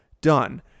done